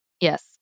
Yes